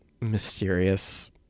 mysterious